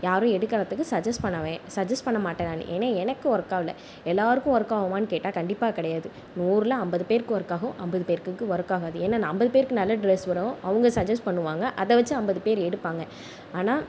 யாரும் எடுக்கிறதுக்கு சஜெஸ் பண்ணவே சஜெஸ் பண்ணமாட்டேன் ஏன்னா எனக்கு ஒரு ஒர்க் ஆகல எல்லாருக்கும் ஒர்க் ஆகுமான்னு கேட்டால் கண்டிப்பாக கிடையாது நூறில் ஐம்பது பேருக்கு ஒர்க் ஆகும் ஐம்பது போருக்கு ஒர்க் ஆகாது ஏன்னா ஐம்பது பேருக்கு நல்ல டெ்ரெஸ் வரும் அவங்க சஜெஸ் பண்ணுவாங்க அதைவச்சி ஐம்பது பேர் எடுப்பாங்க ஆனால்